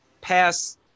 pass